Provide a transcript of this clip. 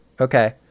Okay